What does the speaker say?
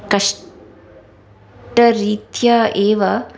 कष्टरीत्या एव